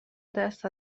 دست